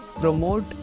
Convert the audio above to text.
promote